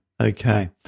okay